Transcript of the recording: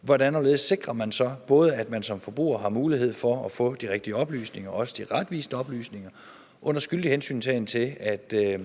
hvordan og hvorledes vi så sikrer, at man som forbruger har mulighed for at få de rigtige oplysninger, også de retvisende oplysninger, under skyldig hensyntagen til det,